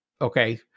Okay